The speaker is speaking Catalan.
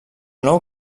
nou